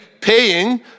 paying